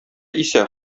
исә